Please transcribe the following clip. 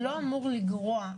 זה לא אמור לגרוע.